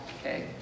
Okay